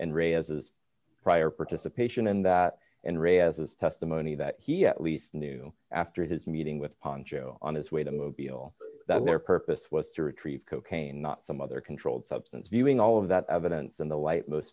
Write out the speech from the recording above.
and raises prior participation in that andrea says testimony that he at least knew after his meeting with poncho on his way to move below that their purpose was to retrieve cocaine not some other controlled substance viewing all of that evidence in the light most